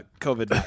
COVID